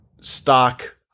stock